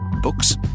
Books